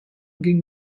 ging